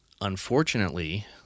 Unfortunately